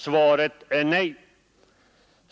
Svaret är nej.